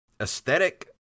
aesthetic